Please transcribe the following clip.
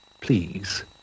please